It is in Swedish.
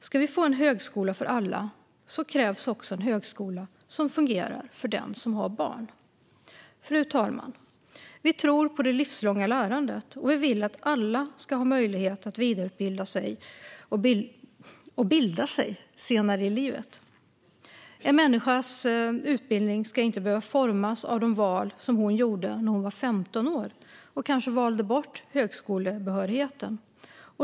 Om vi ska få en högskola för alla krävs också en högskola som fungerar för den som har barn. Fru talman! Vänsterpartiet tror på det livslånga lärandet och vill att alla ska ha möjlighet att vidareutbilda sig och bilda sig senare i livet. En människas utbildning ska inte behöva formas av de val hon gjorde när hon var 15 år och kanske valde bort högskolebehörigheten.